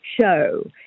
show